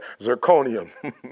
Zirconium